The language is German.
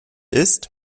ist